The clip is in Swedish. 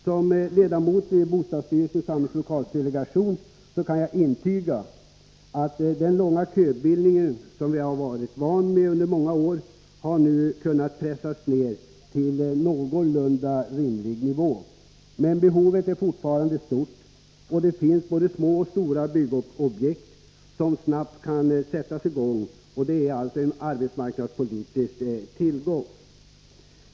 Som ledamot av bostadsstyrelsens samlingslokalsdelegation kan jag intyga att den långa köbildning som vi varit vana vid under många år nu har kunnat pressas ned till en någorlunda rimlig nivå. Men behovet är fortfarande stort. Det finns både små och stora byggobjekt som snabbt kan sättas i gång. Det är alltså en arbetsmarknadspolitisk tillgång.